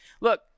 Look